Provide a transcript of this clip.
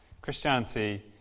Christianity